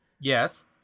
yes